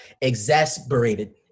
exasperated